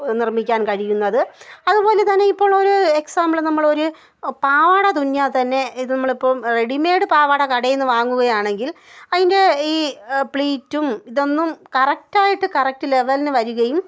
നിർമ്മിക്കാൻ കഴിയുന്നത് അതുപോലെ തന്നെ ഇപ്പോൾ ഒരു എക്സാമ്പിൾ നമ്മളൊരു പാവാട തുന്നിയാൽ തന്നെ ഇത് നമ്മളിപ്പോൾ റെഡിമെയ്ഡ് പാവാട കടയിൽ നിന്ന് വാങ്ങുകയാണെങ്കിൽ അതിൻ്റെ ഈ പ്ലീറ്റും ഇതൊന്നും കറക്റ്റ് ആയിട്ട് കറക്റ്റ് ലെവലിന് വരുകയും